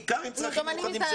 בעיקר אלה עם צרכים מיוחדים,